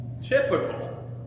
typical